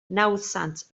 nawddsant